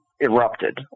erupted